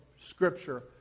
Scripture